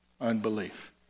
unbelief